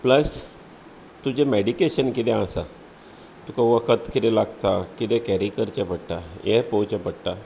plus तुजें medication कितें आसा तुका वखद कितें लागता कितें कॅरी करचें पडटा हें पळोवचें पडटा